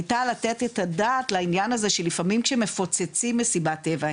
היתה לתת את הדעת לעניין הזה שלפעמים כשמפוצצים מסיבת טבע,